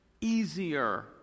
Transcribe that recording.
easier